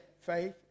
faith